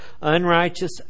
unrighteous